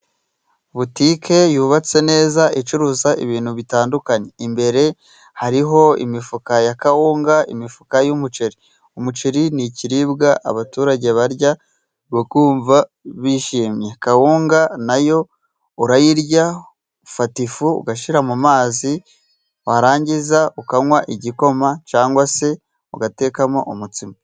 Butike yubatse neza, icuruza ibintu bitandukanye. Imbere hariho imifuka ya kawunga, imifuka y'umuceri. Umuceri ni ikiribwa abaturage barya bakumva bishimye. Kawunga nayo urayirya, ufata ifu ugashyira mu mazi, warangiza ukanywa igikoma, cyangwa se ugatekamo umutsima.